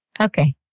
Okay